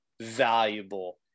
valuable